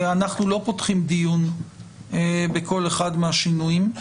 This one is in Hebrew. אנחנו לא פותחים דיון בכל אחד מהשינויים.